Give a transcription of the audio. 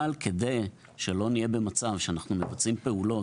אבל כדי שלא נהיה במצב בו אנחנו מבצעים פעולות